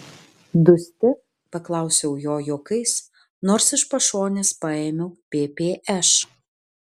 dusti paklausiau jo juokais nors iš pašonės paėmiau ppš